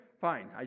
Fine